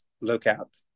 lookout